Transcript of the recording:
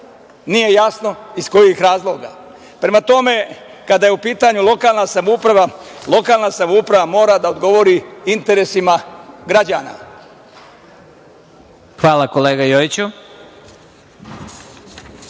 nije jasno iz kojih razloga. Prema tome, kada je u pitanju lokalna samouprava, lokalna samouprava mora da odgovori interesima građana. **Vladimir